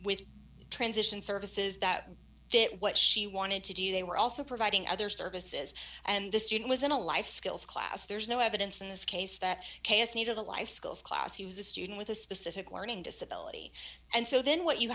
with transition services that fit what she wanted to do they were also providing other services and the student was in a life skills class there's no evidence in this case that k s needed a life skills class he was a student with a specific learning disability and so then what you